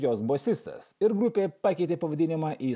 jos bosistas ir grupė pakeitė pavadinimą į